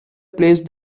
placed